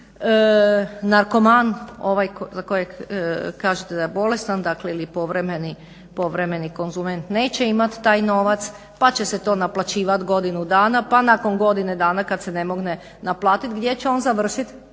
Narkoman ovaj za kojeg kažete da je bolestan ili povremeni konzument neće imati taj novac pa će se to naplaćivati godinu dana pa nakon godine dana kada se ne mogne naplatiti, gdje će on završiti?